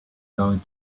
going